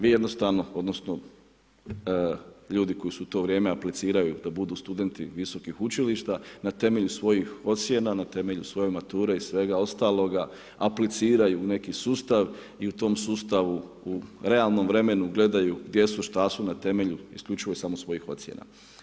Vi jednostavno, odnosno, ljudi koji su u to vrijeme, apliciraju, da budu studenti, visokih učilišta, na temelju, svojih ocjena, na temelju svoje mature i svega ostaloga, apliciraju neki sustav i u tom sustavu u realnom vremenu gledaju, gdje su šta su, na temelju, isključivo samo svojih ocjena.